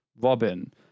robin